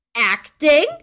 acting